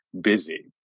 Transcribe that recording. busy